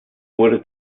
wurde